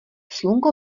slunko